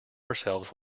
ourselves